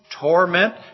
torment